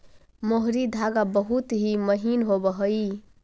मोहरी धागा बहुत ही महीन होवऽ हई